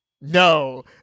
No